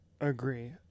agree